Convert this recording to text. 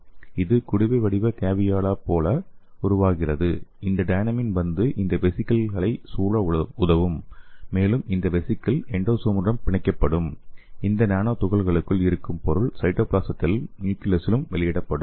இது குடுவை வடிவ கேவியோலா போல உருவாகிறது இந்த டைனமின் வந்து இந்த வெசிகிள்களை சூழ உதவும் மேலும் இந்த வெசிகல் எண்டோசோமுடன் பிணைக்கப்படும் இந்த நானோ துகள்களுக்குள் இருக்கும் பொருள் சைட்டோபிளாஸத்திலும் நியூக்ளியஸிலும் வெளியிடப்படும்